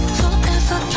forever